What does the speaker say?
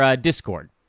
Discord